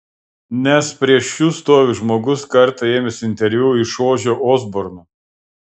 nes prieš jus stovi žmogus kartą ėmęs interviu iš ožio osborno